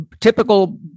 typical